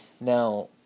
Now